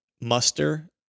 muster